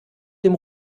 dem